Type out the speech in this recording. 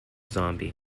zombie